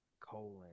colon